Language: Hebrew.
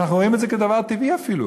ואנחנו רואים את זה כמעט כדבר טבעי אפילו.